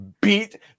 beat